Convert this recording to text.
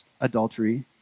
adultery